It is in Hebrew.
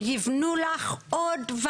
יבנו לך עוד,